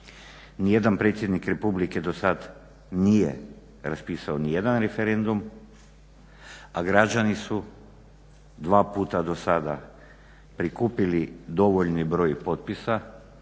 Ni jedan predsjednik republike do sad nije raspisao ni jedan referendum, a građani su dva puta do sada prikupili dovoljni broj potpisa,